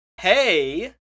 Hey